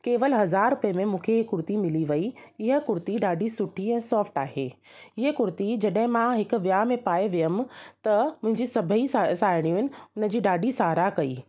केवल हज़ार रुपिये में मूंखे हीअ कुर्ती मिली वई हीअ कुर्ती ॾाढी सुठी ऐं सॉफ्ट आहे हीअ कुर्ती माम जॾहिं हिक विहांव में पाए वियमि त मुंहिंजी सभई सा साहेड़ियुनि उनजी ॾाढी सारह कई